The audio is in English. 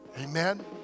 Amen